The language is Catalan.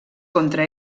contra